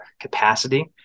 capacity